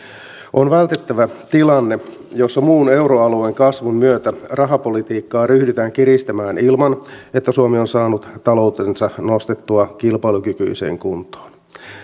on vältettävä tilanne jossa muun euroalueen kasvun myötä rahapolitiikkaa ryhdytään kiristämään ilman että suomi on saanut taloutensa nostettua kilpailukykyiseen kuntoon